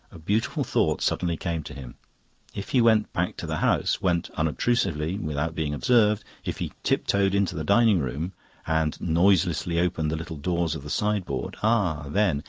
a beautiful thought suddenly came to him if he went back to the house, went unobtrusively, without being observed, if he tiptoed into the dining-room and noiselessly opened the little doors of the sideboard ah, then!